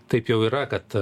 taip jau yra kad